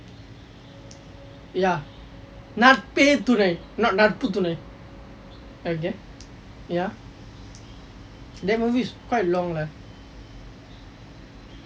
ya Natpe Thunai thunai not Natpu Thunai thunai ya that movie is quite long lah